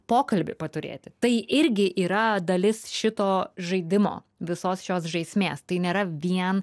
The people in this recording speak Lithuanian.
pokalbį paturėti tai irgi yra dalis šito žaidimo visos šios žaismės tai nėra vien